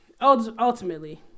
Ultimately